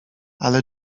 ale